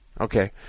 Okay